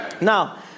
Now